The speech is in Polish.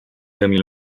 emil